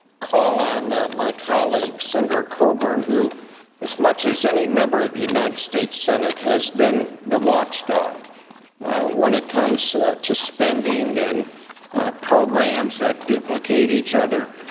call on my colleague, senator coburn, who as much as any member of the united states senate, has been the watchdog when it comes to spending and programs that duplicate each other.